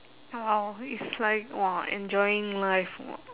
!wow! it's like !wah! enjoying life !wah!